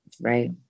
right